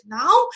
now